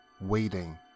waiting